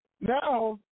Now